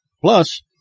Plus